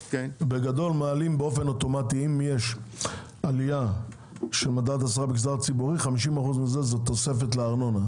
אם יש עלייה של מדד השכר במגזר הציבורי 50% מזה הוא תוספת לארנונה.